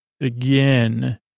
again